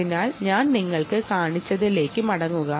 അതിനാൽ ഞാൻ നിങ്ങൾക്ക് നേരത്തെ കാണിച്ചു തന്നത് നോക്കുക